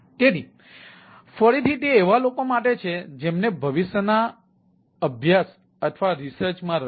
તેથી ફરીથી તે એવા લોકો માટે છે જેમને ભવિષ્યના અભ્યાસ સંશોધનમાં રસ છે